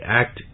act